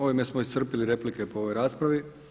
Ovime smo iscrpili replike po ovoj raspravi.